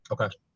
okay